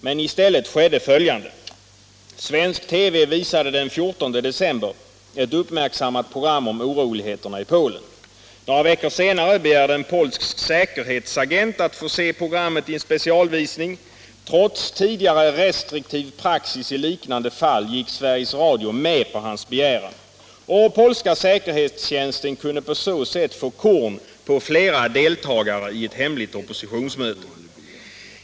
Men i stället skedde följande: Svensk TV visade den 14 december ett uppmärksammat program om oroligheterna i Polen. Några veckor senare begärde en polsk säkerhetsagent att få se programmet i en specialvisning. Trots tidigare restriktiv praxis i liknande fall gick Sveriges Radio med på hans begäran — och den polska säkerhetstjänsten kunde på så sätt få korn på flera deltagare i ett hemligt oppositionsmöte.